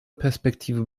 perspektive